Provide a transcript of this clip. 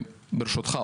ברשותך,